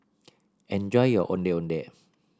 enjoy your Ondeh Ondeh